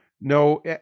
no